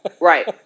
Right